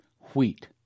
wheat